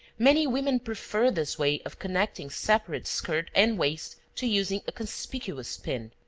many women prefer this way of connecting separate skirt and waist to using a conspicuous pin.